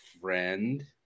friend